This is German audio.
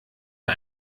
ihr